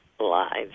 lives